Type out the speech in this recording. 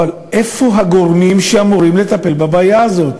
אבל איפה הגורמים שאמורים לטפל בבעיה הזאת?